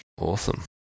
Awesome